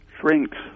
shrinks